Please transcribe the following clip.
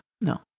No